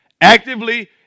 actively